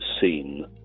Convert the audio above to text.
seen